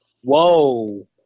Whoa